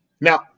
Now